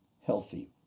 healthy